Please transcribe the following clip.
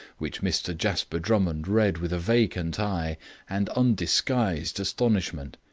which mr jasper drummond read with a vacant eye and undisguised astonishment.